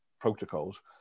protocols